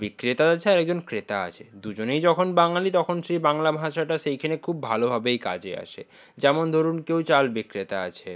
বিক্রেতা আছে আর একজন ক্রেতা আছে দুজনেই যখন বাঙালি তখন সেই বাংলা ভাষাটা সেইখেনে খুব ভালোভাবেই কাজে আসে যেমন ধরুন কেউ চাল বিক্রেতা আছে